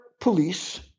police